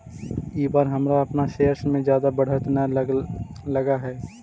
इस बार हमरा अपन शेयर्स में जादा बढ़त न लगअ हई